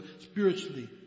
spiritually